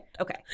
okay